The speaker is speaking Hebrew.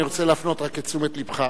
אני רק רוצה להפנות את תשומת לבך,